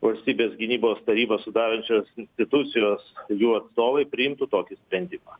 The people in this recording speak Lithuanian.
valstybės gynybos tarybą sudarančios institucijos jų atstovai priimtų tokį sprendimą